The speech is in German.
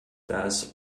das